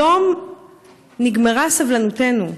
היום נגמרה סבלנותנו.